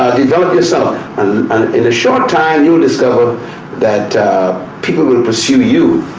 develop yourself and in a short time, you will discover that people will pursue you,